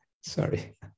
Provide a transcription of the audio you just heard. Sorry